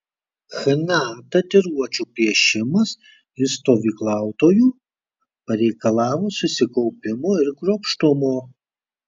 chna tatuiruočių piešimas iš stovyklautojų pareikalavo susikaupimo ir kruopštumo